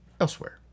elsewhere